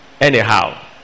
anyhow